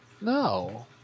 No